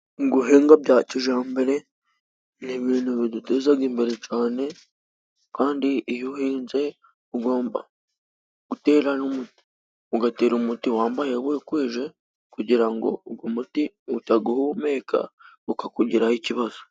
Guhinga bya kijambere ni ibintu bidutezaga imbere cane kandi iyo uhinze ugomba gutera n'umuti. Ugatera umuti wambaye wikwije kugira ngo ugo muti utaguhumeka ukakugiraho ikibazo.